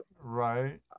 Right